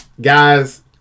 guys